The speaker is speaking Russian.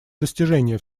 достижение